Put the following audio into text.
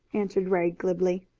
answered ray glibly.